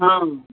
हँ